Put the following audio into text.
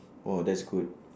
oh that's good